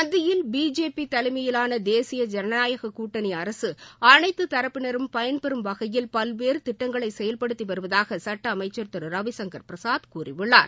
மத்தியில் பிஜேபி தலைமையிலான தேசிய ஜனநாயக கூட்டணி அரசு அனைத்து தரப்பினரும் பயன்பெறம் வகையில் பல்வேறு திட்டங்களை செயல்படுத்தி வருவதாக சுட்ட அமைச்சர் திரு ரவிசுங்கர் பிரசாத் கூறியுள்ளார்